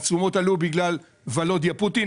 שהתשומות עלו בגלל וולודיה פוטין,